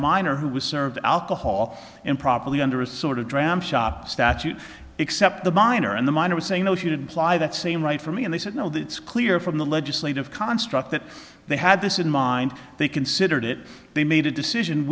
minor who was served alcohol improperly under a sort of dram shop statute except the minor and the minor would say no she didn't fly that same right for me and they said no that it's clear from the legislative construct that they had this in mind they considered it they made a decision